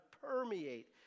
permeate